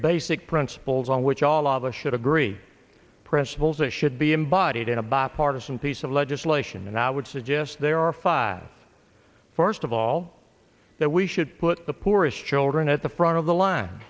basic principles on which all of us should agree press voles it should be embodied in a bipartisan piece of legislation and i would suggest there are five first of all that we should put the poorest children at the front of